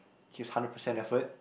his hundred percent effort